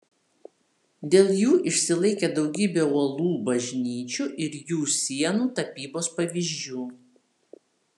dėl jų išsilaikė daugybė uolų bažnyčių ir jų sienų tapybos pavyzdžių